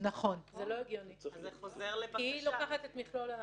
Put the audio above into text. זה לא הגיוני כי היא לוקחת את מכלול השיקולים.